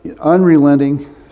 unrelenting